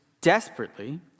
desperately